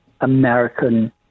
American